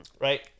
right